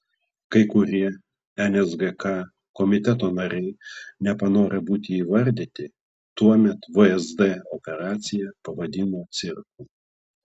kai kurie nsgk komiteto nariai nepanorę būti įvardyti tuomet vsd operaciją pavadino cirku